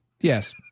Yes